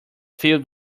filled